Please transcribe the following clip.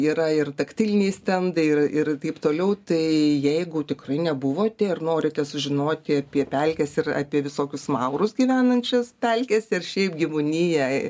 yra ir taktiliniai stendai ir ir taip toliau tai jeigu tikrai nebuvote ir norite sužinoti apie pelkes ir apie visokius maurus gyvenančias pelkes ir šiaip gyvūniją